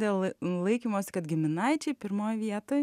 dėl laikymosi kad giminaičiai pirmoj vietoj